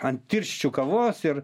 ant tirščių kavos ir